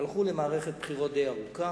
הלכו למערכת בחירות די ארוכה,